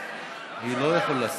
אני לא יכול להסיר.